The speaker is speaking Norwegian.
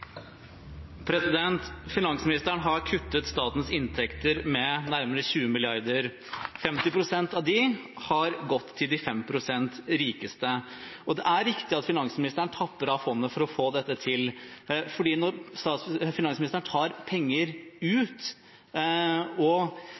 Finansministeren har kuttet statens inntekter med nærmere 20 mrd. kr. 50 pst. av dem har gått til de 5 pst. rikeste. Og det er riktig at finansministeren tapper fondet for å få dette til, for når finansministeren tar penger